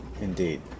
Indeed